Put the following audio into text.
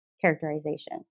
characterization